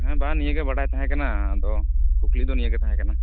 ᱦᱮᱸ ᱵᱟᱝ ᱱᱤᱭᱟᱹ ᱜᱮ ᱵᱟᱰᱟᱭ ᱛᱟᱦᱮᱸ ᱠᱟᱱᱟ ᱟᱫᱚ ᱠᱩᱠᱞᱤ ᱫᱚ ᱱᱤᱭᱟᱹ ᱜᱮ ᱛᱟᱦᱮᱸ ᱠᱟᱱᱟ